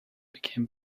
became